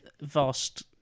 Vast